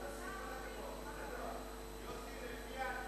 אדוני היושב-ראש,